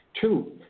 Two